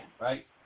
Right